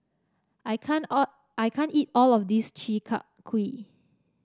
I can't all I can't eat all of this Chi Kak Kuih